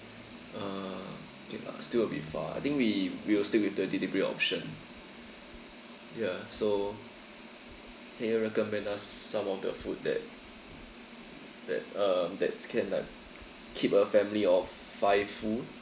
uh okay lah still a bit far I think we will stick with the delivery option ya so can you recommend us some of the food that that uh that can like keep a family of five full